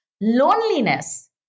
loneliness